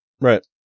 Right